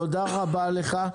תודה רבה לך.